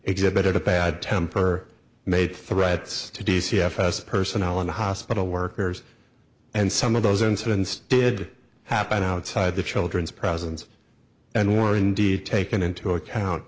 exhibited a bad temper made threats to d c fs personnel and hospital workers and some of those incidents did happen outside the children's presence and were indeed taken into account